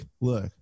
Look